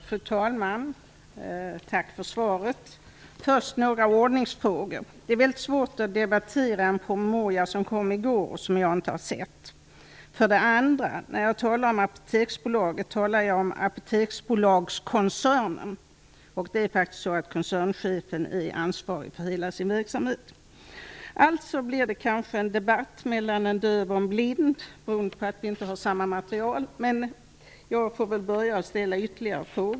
Fru talman! Tack för svaret. Jag skall börja med några ordningsfrågor. För det första är det väldigt svårt att debattera en promemoria som kom i går och som jag inte har sett. För det andra menar jag Apoteksbolagskoncernen när jag talar om Apoteksbolaget. Det är faktiskt så att koncernchefen är ansvarig för hela sin verksamhet. Alltså blir det kanske en debatt mellan en döv och en blind beroende på att vi inte har samma material, men jag får väl börja med att ställa ytterligare frågor.